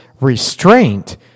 restraint